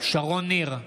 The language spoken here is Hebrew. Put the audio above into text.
שרון ניר,